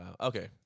okay